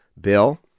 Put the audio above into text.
bill